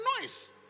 noise